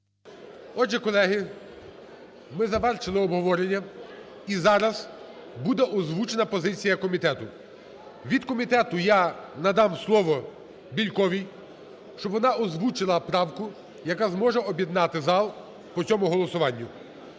Отже, колеги, ми завершили обговорення, і зараз буде озвучена позиція комітету. Від комітету я надам словоБєльковій, щоб вона озвучила правку, яка зможе об'єднати зал по цьому голосуванню.